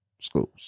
schools